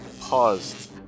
paused